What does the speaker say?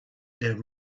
del